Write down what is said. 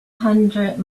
hundred